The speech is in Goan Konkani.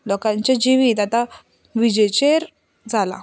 लोकांचें जिवीत आतां विजेचेर जालां